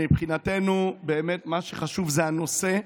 מבחינתנו, באמת מה שחשוב זה הנושא.